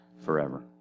forever